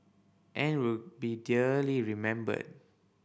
and will be dearly remembered